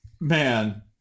man